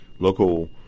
local